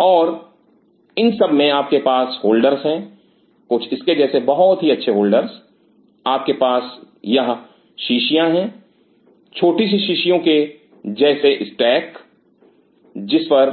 और इन सब में आपके पास होल्डर्स हैं कुछ इसके जैसे बहुत ही अच्छे होल्डर्स आपके पास यह शीशियां हैं छोटी सी शीशियों के जैसे स्टैक जिस पर